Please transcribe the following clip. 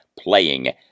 playing